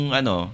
ano